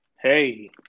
Hey